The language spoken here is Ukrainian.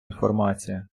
інформація